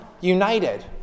united